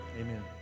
Amen